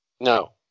No